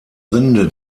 rinde